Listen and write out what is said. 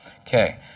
Okay